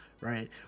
right